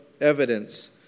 evidence